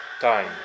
time